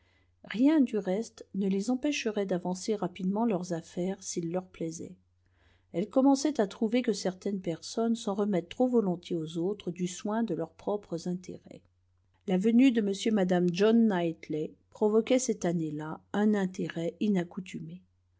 rien du reste ne les empêcherait d'avancer rapidement leurs affaires s'il leur plaisait elle commençait à trouver que certaines personnes s'en remettent trop volontiers aux autres du soin de leurs propres intérêts la venue de m et mme john knightley provoquait cette année là un intérêt